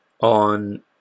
on